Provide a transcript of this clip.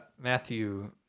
Matthew